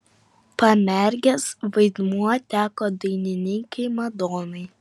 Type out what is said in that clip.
pamergės vaidmuo teko dainininkei madonai